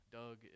Doug